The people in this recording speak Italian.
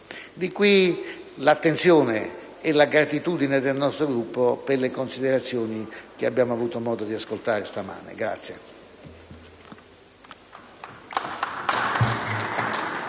Di qui l'attenzione e la gratitudine del nostro Gruppo per le considerazioni che abbiamo avuto modo di ascoltare stamane.